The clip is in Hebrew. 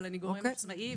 אבל אני גורם עצמאי.